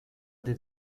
did